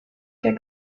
jak